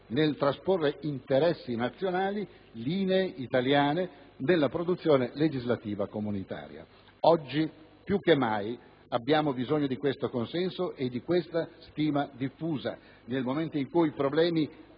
nel trasporre interessi nazionali, linee italiane, nella produzione legislativa comunitaria. Oggi più che mai abbiamo bisogno di questo consenso e di questa stima diffusa nel momento in cui problemi